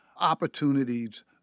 opportunities